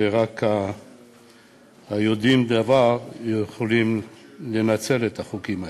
ורק יודעי דבר יכולים לנצל את החוקים האלה.